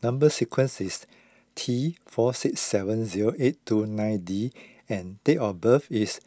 Number Sequence is T four six seven zero eight two nine D and date of birth is